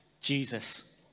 Jesus